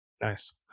Nice